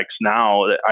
now